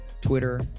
Twitter